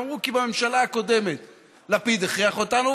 והם אמרו: כי בממשלה הקודמת לפיד הכריח אותנו,